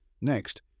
Next